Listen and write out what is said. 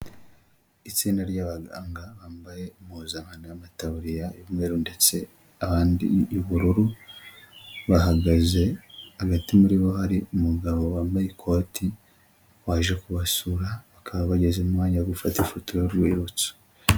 Itsinda ry'abaganga bambaye impuzakano y'amataburiya y'umweru ndetse abandi y'ubururu bahagaze, hagati muri bo hari umugabo wambaye ikoti waje kubasura, bakaba bageze mu mwanya wo gufata ifoto y'urwibutso.